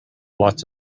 lots